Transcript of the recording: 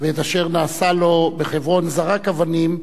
ואת אשר נעשה לו בחברון זרק אבנים,